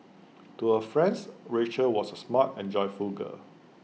to her friends Rachel was smart and joyful girl